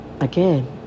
Again